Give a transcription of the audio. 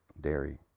dairy